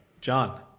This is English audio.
John